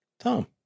Tom